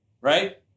right